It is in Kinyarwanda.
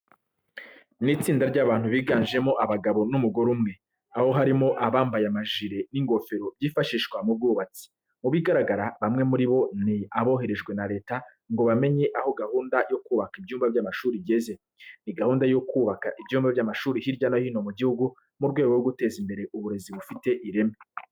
Ni itsinda ry'abantu biganjemo abagabo n'umugore umwe, aho harimo abambaye amajire n'ingofero byifashishwa mu bwubatsi. Mu bigaragara bamwe muri bo ni aboherejwe na Leta ngo bamenye aho gahunda yo kubaka ibyumba by'amashuri igeze. Ni gahunda yo kubaka ibyumba by'amashuri hirya no hino mu gihugu mu rwego rwo guteza imbere uburezi bufite ireme.